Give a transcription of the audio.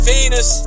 Venus